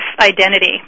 identity